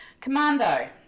Commando